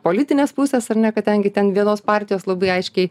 politinės pusės ar ne kadangi ten vienos partijos labai aiškiai